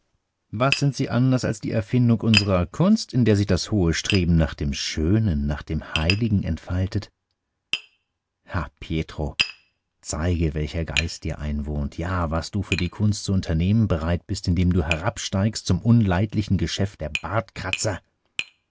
was sind sie anders als die erfindung unserer kunst in der sich das hohe streben nach dem schönen nach dem heiligen entfaltet ha pietro zeige welcher geist dir einwohnt ja was du für die kunst zu unternehmen bereit bist indem du herabsteigst zum unleidlichen geschäft der